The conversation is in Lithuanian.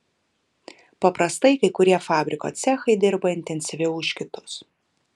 paprastai kai kurie fabriko cechai dirba intensyviau už kitus